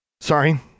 Sorry